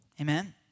Amen